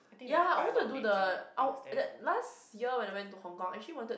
ya I want to do the (ow) the last year when I went to Hong Kong actually wanted